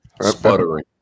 sputtering